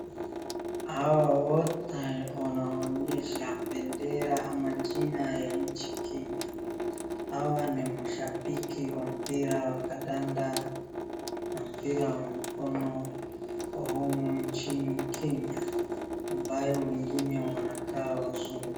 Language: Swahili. Hao wote wanaonyesha bendera ama jina ya nchi Kenya. Hawa ni mashabiki wa mpira wa kandanda na mpira wa mkono wa humu nchini Kenya ambayo wengine wanakaa wazungu.